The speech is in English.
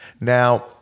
Now